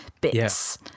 bits